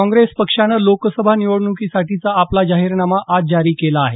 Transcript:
काँग्रेस पक्षानं लोकसभा निवडणुकीसाठीचा आपला जाहीरनामा आज जारी केला आहे